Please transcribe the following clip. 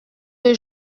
que